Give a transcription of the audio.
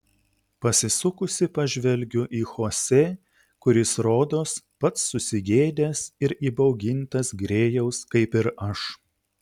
pasisukusi pažvelgiu į chosė kuris rodos pats susigėdęs ir įbaugintas grėjaus kaip ir aš